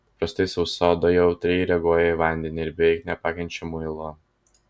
paprastai sausa oda jautriai reaguoja į vandenį ir beveik nepakenčia muilo